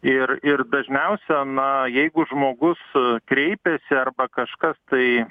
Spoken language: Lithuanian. ir ir dažniausia na jeigu žmogus kreipiasi arba kažkas tai